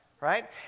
right